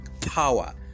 Power